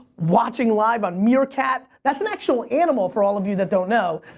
watching live on meerkat, that's an actual animal for all of you that don't know.